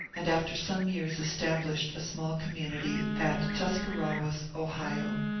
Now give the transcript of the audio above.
and after some years established a small com munity at tuscarawas, ohio,